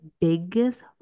biggest